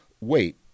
wait